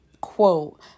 quote